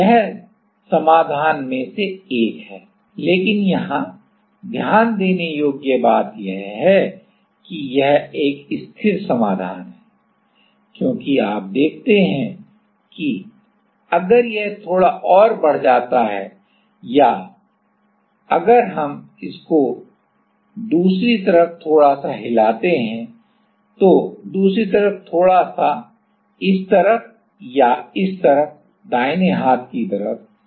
तो यह समाधान में से एक है लेकिन यहां ध्यान देने योग्य बात यह है कि यह एक स्थिर समाधान है क्योंकि आप देखते हैं कि अगर यह थोड़ा और बढ़ जाता है या अगर हम इसको दूसरी तरफ थोड़ा सा हिलाते हैं तो दूसरी तरफ थोड़ा सा इस तरफ या इस तरफ दाहिने हाथ की तरफ